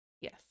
yes